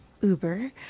Uber